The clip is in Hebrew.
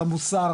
על המוסר,